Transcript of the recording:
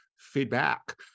feedback